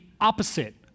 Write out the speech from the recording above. opposite